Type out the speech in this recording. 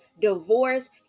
divorce